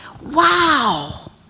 Wow